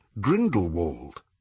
Grindelwald